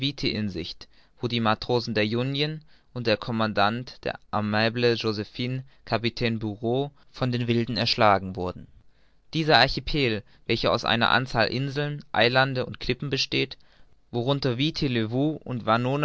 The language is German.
sicht wo die matrosen der union und der commandant der aimable josephine kapitän bureau von den wilden erschlagen wurden dieser archipel welcher aus einer anzahl inseln eilande und klippen besteht worunter viti levou und